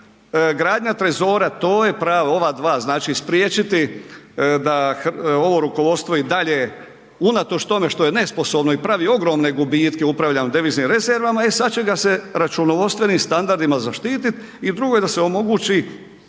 gradnja trezora, to je prava, ova dva znači spriječiti da ovo rukovodstvo i dalje unatoč tome što je nesposobno i pravi ogromne gubitke upravljanja deviznim rezervama, e sada će ga se računovodstvenim standardima zaštititi i drugo je da se omogući